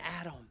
Adam